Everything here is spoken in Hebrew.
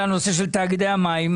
על הנושא של תאגידי המים,